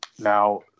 Now